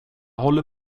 håller